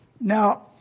Now